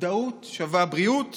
מודעות שווה בריאות